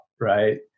right